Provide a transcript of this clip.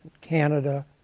Canada